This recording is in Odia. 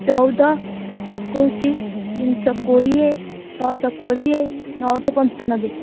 ଚଉଦ ଏକୋଇଶ ତିନିଶହ କୋଡ଼ିଏ ଛଅଶହ କୋଡ଼ିଏ ନଅଶହ ପଞ୍ଚାନବେ